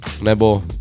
nebo